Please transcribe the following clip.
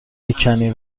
بکنی